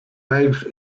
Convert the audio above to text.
legs